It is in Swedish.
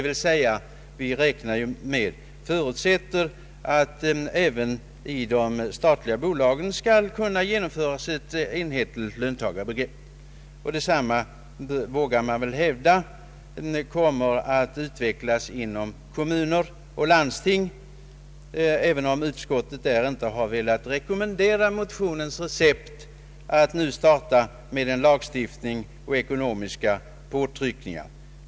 Vi förutsätter med andra ord att det även i de statliga bolagen skall kunna genomföras ett enhetligt löntagarbegrepp. Man kan väl utgå från att ett sådant också kommer att utvecklas inom kommuner och landsting, även om utskottet på den punkten inte velat rekommendera motionärernas recept att nu lagstifta och utöva ekonomiska påtryckningar.